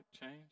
change